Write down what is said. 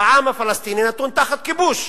העם הפלסטיני נתון תחת כיבוש.